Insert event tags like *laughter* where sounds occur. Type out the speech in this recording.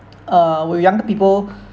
uh where younger people *breath*